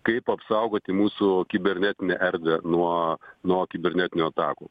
kaip apsaugoti mūsų kibernetinę erdvę nuo nuo kibernetinių atakų